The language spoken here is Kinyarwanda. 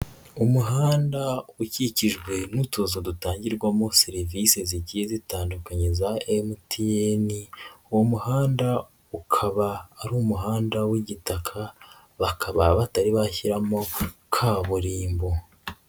Umuhanda ukikijwe n'utuzu dutangirwamo serivisi zigiye zitandukanye za MTN, uwo muhanda ukaba ari umuhanda w'igitaka bakaba batari bashyiramo kaburimbo.